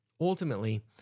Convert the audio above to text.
ultimately